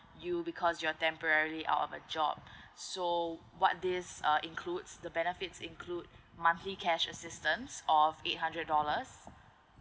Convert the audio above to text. you because you are temporary out of a job so what this uh includes the benefits include monthly cash assistance of eight hundred dollars